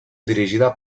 dirigida